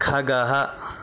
खगः